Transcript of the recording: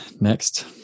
next